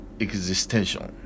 existential